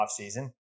offseason